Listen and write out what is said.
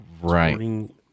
Right